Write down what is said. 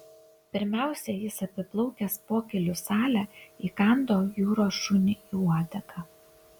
pirmiausia jis apiplaukęs pokylių salę įkando jūros šuniui į uodegą